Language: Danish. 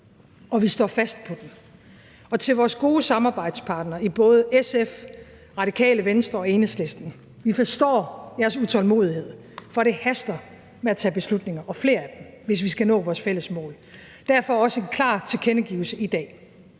og vi står fast på den. Til vores gode samarbejdspartnere i både SF, Radikale Venstre og Enhedslisten vil jeg sige: Vi forstår jeres utålmodighed, for det haster med at tage beslutninger og tage flere af dem, hvis vi skal nå vores fælles mål. Derfor kommer jeg også med en klar tilkendegivelse i dag: